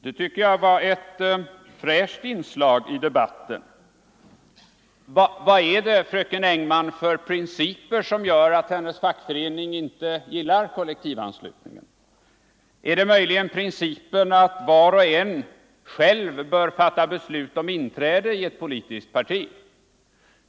Det tycker jag var ett fräscht inslag i debatten. Vad är det för principer som gör att fröken Engmans fackförening inte gillar kollektivanslutningen? Är det möjligen principen att var och en själv bör fatta beslut om inträde i ett politiskt parti?